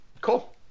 Cool